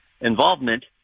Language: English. involvement